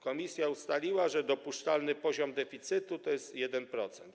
Komisja ustaliła, że dopuszczalny poziom deficytu wynosi 1%.